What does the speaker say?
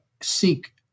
seek